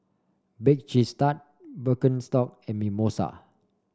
Bake Cheese Tart Birkenstock and Mimosa